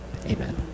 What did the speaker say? Amen